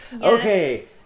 Okay